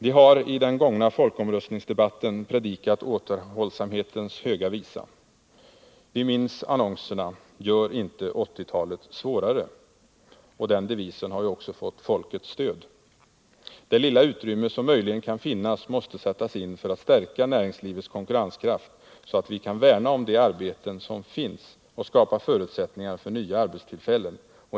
De har i den gångna folkomröstningsdebatten predikat återhållsamhetens höga visa. Vi minns annonserna ”Gör inte 80-talet svårare”. Den devisen har ju också fått folkets stöd. Det lilla utrymme som möjligen kan finnas måste sättas in för att stärka näringslivets konkurrenskraft, så att vi kan värna om de arbeten som finns och skapa förutsättningar för nya arbetstillfällen.